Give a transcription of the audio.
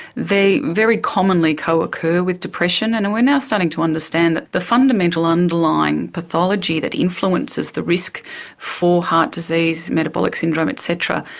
they very commonly co-occur with depression, and we are now starting to understand that the fundamental underlying pathology that influences the risk for heart disease, metabolic syndrome et cetera,